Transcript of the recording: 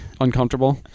Uncomfortable